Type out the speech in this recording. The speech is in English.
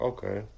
Okay